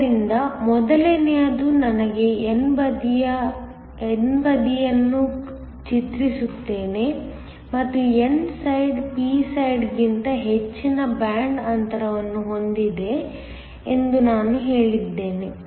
ಆದ್ದರಿಂದ ಮೊದಲನೆಯದು ನನಗೆ n ಬದಿಯನ್ನು ಚಿತ್ರಿಸುತ್ತೇನೆ ಮತ್ತು n ಸೈಡ್ p ಸೈಡ್ಗಿಂತ ಹೆಚ್ಚಿನ ಬ್ಯಾಂಡ್ ಅಂತರವನ್ನು ಹೊಂದಿದೆ ಎಂದು ನಾನು ಹೇಳಲಿದ್ದೇನೆ